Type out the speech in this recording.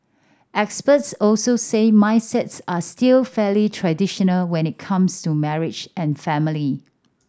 experts also say mindsets are still fairly traditional when it comes to marriage and family